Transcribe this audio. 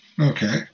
okay